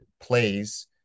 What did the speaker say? plays